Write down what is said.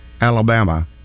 Alabama